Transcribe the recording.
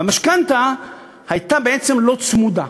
והמשכנתה הייתה בעצם לא צמודה,